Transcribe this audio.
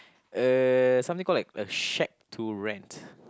uh something call like a shack to rent